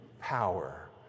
power